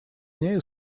нею